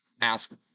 ask